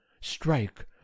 strike